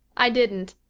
i didn't.